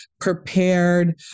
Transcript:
prepared